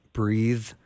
breathe